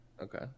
okay